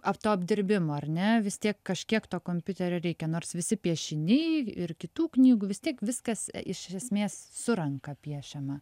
ap to apdirbimo ar ne vis tiek kažkiek to kompiuterio reikia nors visi piešiniai ir kitų knygų vis tiek viskas iš esmės su ranka piešiama